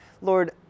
Lord